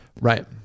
right